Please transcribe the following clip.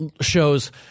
shows